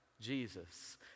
Jesus